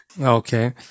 Okay